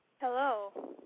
Hello